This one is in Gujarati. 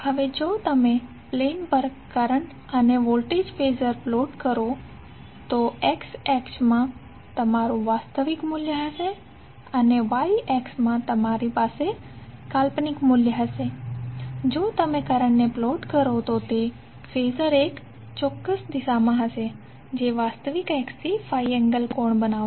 હવે જો તમે પ્લેન પર કરંટ અને વોલ્ટેજ ફેઝર પ્લોટ કરો તો X અક્ષમાં તમારૂ વાસ્તવિક મૂલ્ય હશે અને Y અક્ષમાં તમારી પાસે કાલ્પનિક મૂલ્ય હશે અને જો તમે કરંટને પ્લોટ કરો તો તે ફેઝર એક ચોક્કસ દિશામાં હશે જે વાસ્તવિક અક્ષથી ∅ કોણ બનાવશે